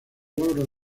logros